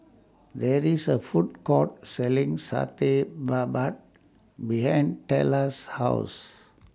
There IS A Food Court Selling Satay Babat behind Tella's House